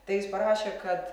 tai jis parašė kad